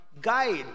guide